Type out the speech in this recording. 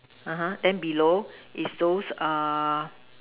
(uh huh) then below is those err